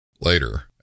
Later